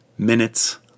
Minutes